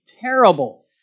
terrible